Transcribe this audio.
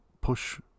push